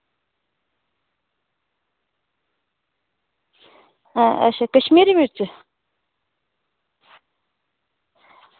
हां अच्छा कश्मीरी मिर्च